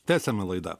tęsiame laidą